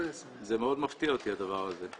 זה מאוד מפתיע אותי הדבר הזה.